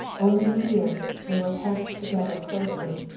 only here they were packed together closely,